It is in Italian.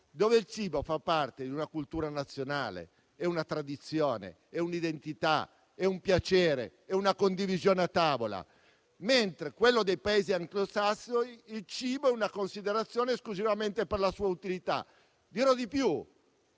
dove il cibo fa parte della cultura nazionale: è una tradizione, un'identità, un piacere da condividere a tavola. Al contrario, nei Paesi anglosassoni il cibo è considerato esclusivamente per la sua utilità.